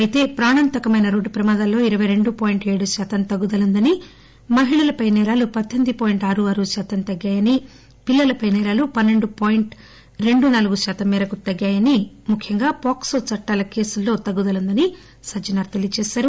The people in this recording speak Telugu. అయితే ప్రాణాంతకమైన రోడ్లు ప్రమాదాల్లో ఇరపై రెండు పాయింట్ ఏడు శాతం తగ్గుదల ఉందని మహిళలపై నేరాలు పద్దెనిమిది పాయింట్ ఆరుఆరు శాతం తగ్గాయని పిల్లలపై సేరాలు పస్పెండు పాయింట్ల రెండునాలుగు శాతం మేరకు తగ్గుతాయని ముఖ్యంగా పోక్పో చట్టం కేసుల్లో తగ్గుదల ఉందని సజ్ఞనార్ చెప్పారు